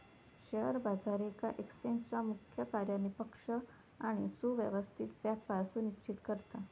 share बाजार येका एक्सचेंजचा मुख्य कार्य निष्पक्ष आणि सुव्यवस्थित व्यापार सुनिश्चित करता